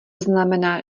znamená